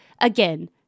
Again